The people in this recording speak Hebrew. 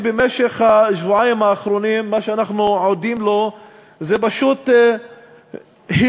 במשך השבועיים האחרונים מה שאנחנו עדים לו זה פשוט היפוך